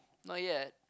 not yet